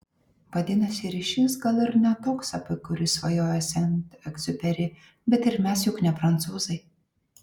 vadinasi ryšys gal ir ne toks apie kurį svajojo sent egziuperi bet ir mes juk ne prancūzai